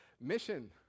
Mission